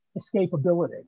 escapability